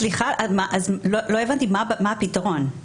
סליחה, לא הבנתי מה הפתרון.